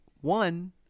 one